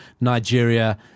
Nigeria